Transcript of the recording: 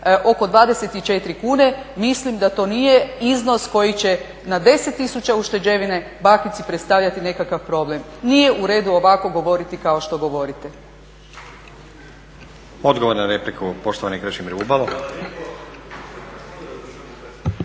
oko 24 kune. Mislim da to nije iznos koji će na 10000 ušteđevine bakici predstavljati nekakav problem. Nije u redu ovako govoriti kao što govorite. **Stazić, Nenad (SDP)** Odgovor na repliku, poštovani Krešimir Bubalo.